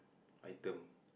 item